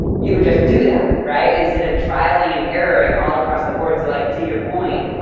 you would just do that, right. instead of trialing and erroring all across the board. so like, to your point,